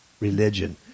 religion